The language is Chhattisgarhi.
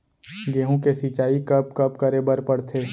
गेहूँ के सिंचाई कब कब करे बर पड़थे?